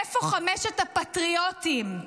איפה חמשת הפטריוטים?